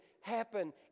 happen